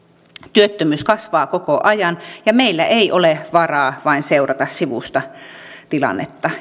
työttömyys kasvaa koko ajan ja meillä ei ole varaa vain seurata sivusta tilannetta